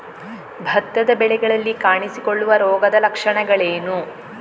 ಭತ್ತದ ಬೆಳೆಗಳಲ್ಲಿ ಕಾಣಿಸಿಕೊಳ್ಳುವ ರೋಗದ ಲಕ್ಷಣಗಳೇನು?